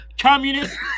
communist